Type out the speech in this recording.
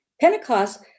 Pentecost